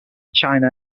china